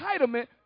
entitlement